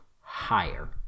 higher